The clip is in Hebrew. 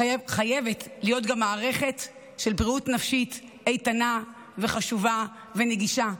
חייבת להיות גם מערכת של בריאות נפשית איתנה וחשובה ונגישה,